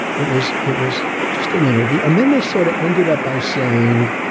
it was it was just an interview, and then they sort of ended up by saying,